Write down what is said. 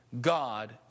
God